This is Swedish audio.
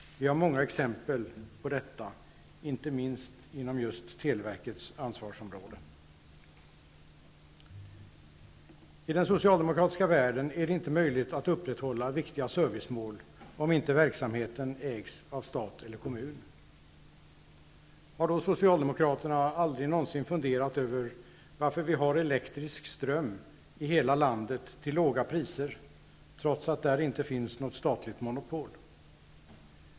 Vi har många exempel på detta, inte minst inom just televerkets ansvarsområde. I den socialdemokratiska världen är det inte möjligt att upprätthålla viktiga servicemål, om inte verksamheten ägs av stat eller kommun. Har Socialdemokraterna aldrig någonsin funderat över varför vi har elektrisk ström i hela landet till låga priser, trots att där inte finns något statligt monopol?